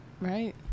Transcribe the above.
Right